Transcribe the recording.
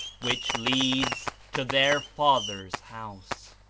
which leads to their father's house.